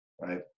right